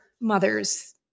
mothers